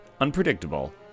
unpredictable